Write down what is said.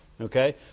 Okay